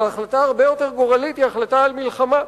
אבל החלטה הרבה יותר גורלית היא החלטה על מלחמה.